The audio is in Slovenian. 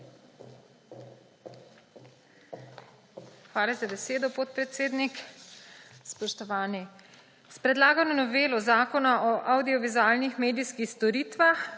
Hvala za besedo, podpredsednik. Spoštovani! S predlagano novelo Zakona o avdiovizualnih medijskih storitvah